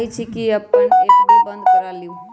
हम चाहई छी कि अपन एफ.डी बंद करा लिउ